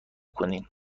کنیم